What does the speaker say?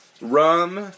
rum